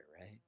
right